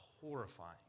horrifying